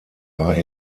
war